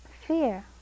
fear